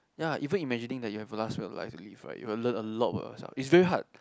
ya even imagining that you have the last bit of life you live right you will learn a lot about yourself it's very hard